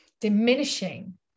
diminishing